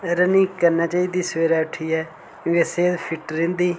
running करना चाही दी सबेरे उट्ठियै सेह्त फिट रौहंदी